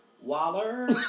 waller